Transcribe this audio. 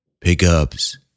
pickups